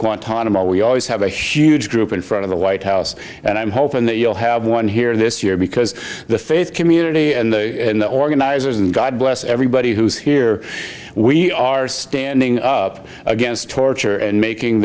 kuantan of all we always have a huge group in front of the white house and i'm hoping that you'll have one here this year because the faith community and the organizers and god bless everybody who is here we are standing up against torture and making